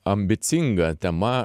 ambicinga tema